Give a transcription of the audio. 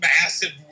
massive